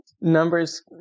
numbers